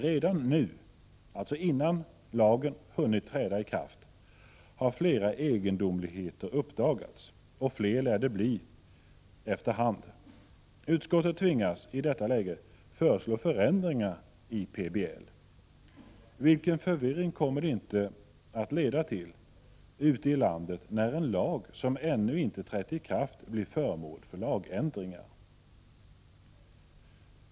Redan nu, innan lagen ens har hunnit träda i kraft, har flera egendomligheter uppdagats, och fler lär det bli efter hand. Utskottet tvingas i detta läge att föreslå förändringar i PBL. Vilken förvirring kommer det inte att leda till ute i landet när en lag som ännu inte trätt i kraft blir föremål för lagändringar.